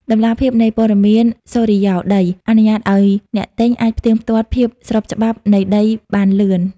តម្លាភាពនៃព័ត៌មានសុរិយោដី អនុញ្ញាតឱ្យអ្នកទិញអាចផ្ទៀងផ្ទាត់ភាពស្របច្បាប់នៃដីបានលឿន។